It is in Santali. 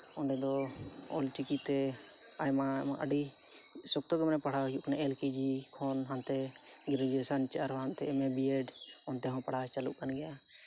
ᱚᱸᱰᱮ ᱫᱚ ᱚᱞᱪᱤᱠᱤᱛᱮ ᱟᱭᱢᱟ ᱟᱹᱰᱤ ᱥᱚᱠᱛᱚ ᱜᱮ ᱯᱟᱲᱦᱟᱜ ᱦᱩᱭᱩᱜ ᱠᱟᱱᱟ ᱮᱞ ᱠᱮ ᱡᱤ ᱠᱷᱚᱱ ᱜᱨᱮᱡᱩᱭᱮᱥᱮᱱ ᱪᱮ ᱦᱟᱱᱛᱮ ᱮᱢᱮ ᱵᱤᱭᱮᱰ ᱚᱱᱛᱮ ᱦᱚᱸ ᱯᱟᱲᱦᱟᱣ ᱪᱟᱹᱞᱩᱜ ᱠᱟᱱ ᱜᱮᱭᱟ